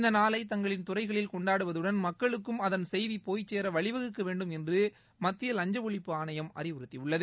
இந்த நாளை தங்களின் துறைகளில் கொண்டாடுவதுடன் மக்களுக்கும் அதன் செய்தி போய் சேர வழிவகுக்க வேண்டும் என்று மத்திய லஞ்ச ஒழிப்பு ஆணையம் அறிவறுத்தியுள்ளது